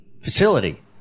facility